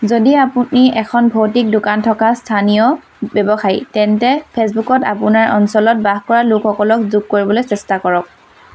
যদি আপুনি এখন ভৌতিক দোকান থকা স্থানীয় ব্যৱসায়ী তেন্তে ফে'চবুকত আপোনাৰ অঞ্চলত বাস কৰা লোকসকলক 'যোগ' কৰিবলৈ চেষ্টা কৰক